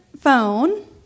phone